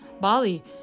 bali